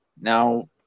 now